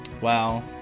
wow